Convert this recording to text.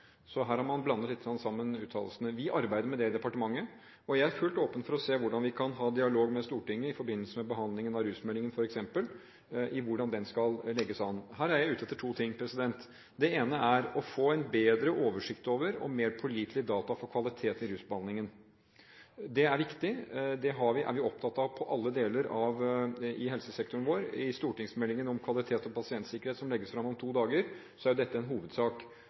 Så her har man blandet sammen uttalelsene lite grann. Vi arbeider med det i departementet, og jeg er fullt ut åpen for å se på hvordan vi kan ha en dialog med Stortinget i forbindelse med behandlingen av rusmeldingen, f.eks. – hvordan den skal legges an. Her er jeg ute etter to ting. Det ene er å få en bedre oversikt over og mer pålitelige data for kvalitet i rusbehandlingen. Det er viktig, det er vi opptatt av i alle deler av helsesektoren vår. I stortingsmeldingen om kvalitet og pasientsikkerhet, som legges fram om to dager, er dette en hovedsak.